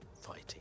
fighting